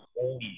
holy